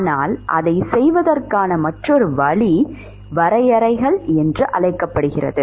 ஆனால் அதைச் செய்வதற்கான மற்றொரு வழி வரையறைகள் என்று அழைக்கப்படுகிறது